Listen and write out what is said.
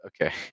okay